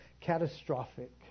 catastrophic